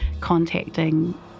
contacting